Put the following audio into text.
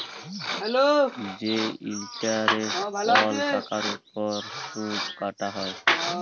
যে ইলটারেস্ট কল টাকার উপর সুদ কাটা হ্যয়